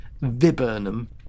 Viburnum